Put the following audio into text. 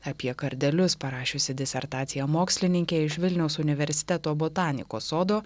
apie kardelius parašiusi disertaciją mokslininkė iš vilniaus universiteto botanikos sodo